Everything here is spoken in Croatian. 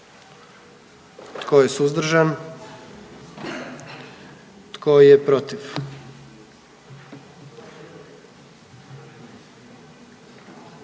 Tko je suzdržan? I tko je protiv?